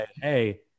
hey